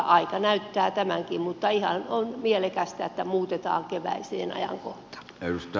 aika näyttää tämänkin mutta ihan on mielekästä että muutetaan keväiseen ajankohtaan